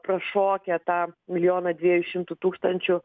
prašokę tą milijoną dviejų šimtų tūkstančių